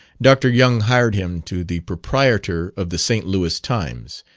dr. young hired him to the proprietor of the st. louis times,